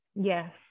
Yes